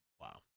Wow